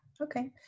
Okay